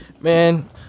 man